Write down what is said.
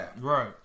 right